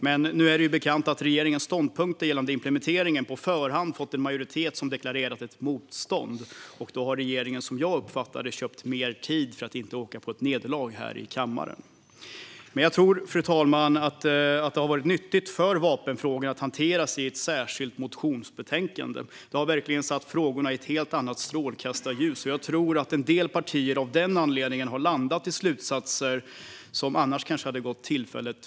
Men nu är det ju bekant att regeringens ståndpunkter gällande implementeringen på förhand fått en majoritet som deklarerat ett motstånd. Då har regeringen, som jag uppfattar det, köpt mer tid för att inte åka på ett nederlag här i kammaren. Fru talman! Jag tror att det har varit nyttigt för vapenfrågorna att hanteras i ett särskilt motionsbetänkande. Det har verkligen satt frågorna i ett helt annat strålkastarljus, och jag tror att en del partier av den anledningen har landat i slutsatser som annars hade kunnat gå om intet.